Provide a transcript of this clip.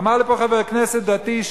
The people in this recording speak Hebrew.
אמר לי פה חבר כנסת דתי,